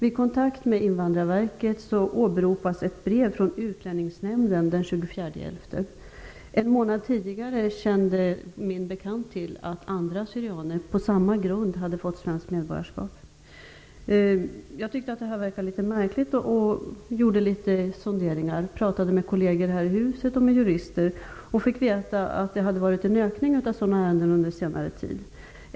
1993. En bekant till mig kände till att andra cyrianer på samma grund hade beviljats svenskt medborgarskap en månad tidigare. Jag tyckte att det hela verkade litet märkligt och gjorde därför en del sonderingar. Jag pratade med kolleger här i huset och med jurister och fick då veta att det hade skett en ökning av den här typen av ärenden under senare tid.